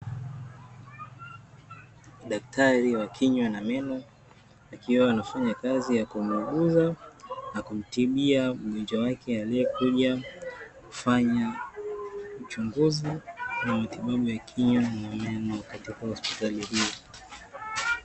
Daktari wa kinywa na meno, akiwa anafanya kazi ya kumuuguza na kumtibia mgonjwa wake, aliyekuja kufanya uchunguzi na matibabu ya kinywa na meno katika hospitali hii.